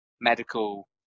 medical